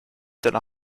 deiner